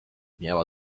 miała